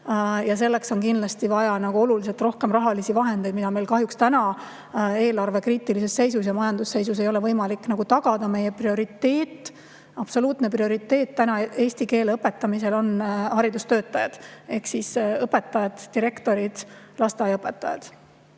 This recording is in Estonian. selleks on kindlasti vaja oluliselt rohkem rahalisi vahendeid, mida meil kahjuks eelarve kriitilises seisus ja [halvas] majandusseisus ei ole võimalik tagada. Meie prioriteet, absoluutne prioriteet eesti keele õpetamisel on praegu haridustöötajad: õpetajad, direktorid, lasteaiaõpetajad.